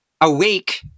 awake